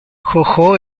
jojo